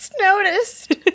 noticed